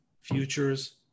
futures